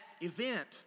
event